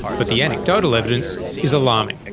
but the anecdotal evidence is alarming.